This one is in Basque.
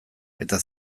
eta